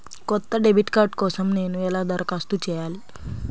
కొత్త debit card కోసం నేను ఎలా దరఖాస్తు చేయాలి?